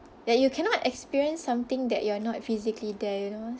like you cannot experience something that you're not physically there you know